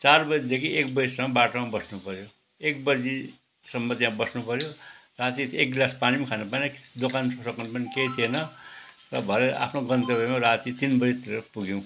चार बजिदेखि एक बजिसम्म बाटोमा बस्नुपऱ्यो एक बजिसम्म त्यहाँ बस्नुपऱ्यो राती एक ग्लास पानी पनि खानु पाएन दोकानसोकान पनि केही थिएन र भरे आफ्नो गन्तव्यमा राती तिन बजितिर पुग्यौँ